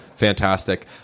Fantastic